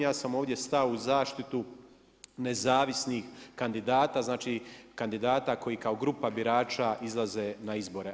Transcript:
Ja sam ovdje stao u zaštitu nezavisnih kandidata, znači kandidata koji kao grupa birača izlaze na izbore.